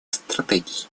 стратегий